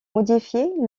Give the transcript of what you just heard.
modifiée